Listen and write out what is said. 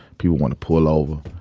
people want to pull over,